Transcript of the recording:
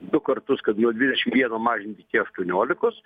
du kartus kad nuo dvidešim vieno mažinti iki aštuoniolikos